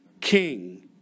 king